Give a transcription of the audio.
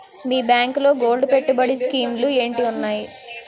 మీ బ్యాంకులో గోల్డ్ పెట్టుబడి స్కీం లు ఏంటి వున్నాయి?